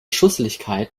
schusseligkeit